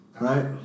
right